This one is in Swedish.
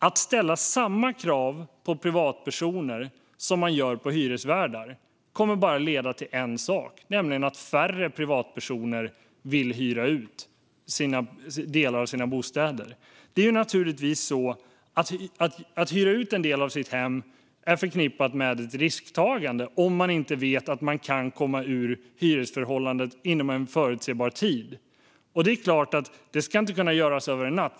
Att ställa samma krav på privatpersoner som på hyresvärdar kommer bara att leda till en sak, nämligen att färre privatpersoner vill hyra ut delar av sina bostäder. Att hyra ut en del av sitt hem är förknippat med risktagande om man inte vet att man kan komma ur hyresförhållandet inom en förutsebar tid. Men det är klart att det ska inte kunna göras över en natt.